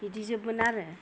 बिदि जोबमोन आरो